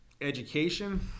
education